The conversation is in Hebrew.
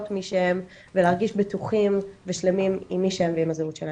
מי שהם ולהרגיש בטוחים ושלמים עם מי שהם ועם הזהות שלהם,